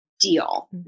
deal